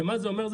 מה שזה אומר,